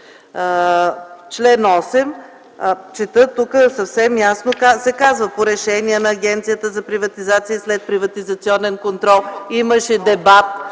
чл. 8 чета, тук съвсем ясно се казва: „По решение на Агенцията за приватизация и следприватизационен контрол ...”. Имаше дебат,